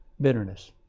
bitterness